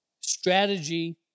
strategy